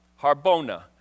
Harbona